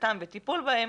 החזקתם וטיפול בהם,